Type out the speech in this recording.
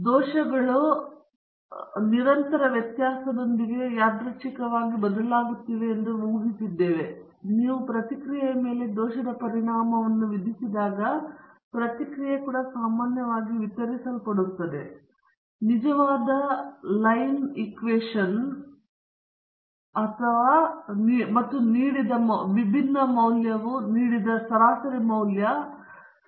ದೋಷಗಳು ಅರ್ಥ 0 ಮತ್ತು ನಿರಂತರ ವ್ಯತ್ಯಾಸದೊಂದಿಗೆ ಯಾದೃಚ್ಛಿಕವಾಗಿ ಬದಲಾಗುತ್ತಿವೆ ಎಂದು ನಾವು ಊಹಿಸಿದ್ದೇವೆ ಆದ್ದರಿಂದ ನೀವು ಪ್ರತಿಕ್ರಿಯೆಯ ಮೇಲೆ ದೋಷದ ಪರಿಣಾಮವನ್ನು ವಿಧಿಸಿದಾಗ ಪ್ರತಿಕ್ರಿಯೆ ಕೂಡ ಸಾಮಾನ್ಯವಾಗಿ ವಿತರಿಸಲ್ಪಡುತ್ತದೆ ಆದರೆ ನಿಜವಾದ ಲೈನ್ ಸಮೀಕರಣ ಮತ್ತು ನೀಡಿದ ಭಿನ್ನ ಮೌಲ್ಯವು ನೀಡಿದ ಸರಾಸರಿ ಮೌಲ್ಯ ಸಿಗ್ಮಾ ವರ್ಗ